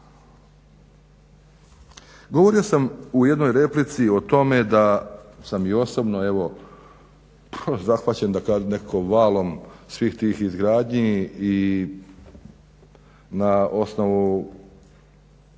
Govorio sam u jednoj replici o tome da sam i osobno evo zahvaćen da kažem nekako valom svih tih izgradnji i na osnovu